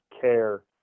care